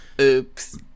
Oops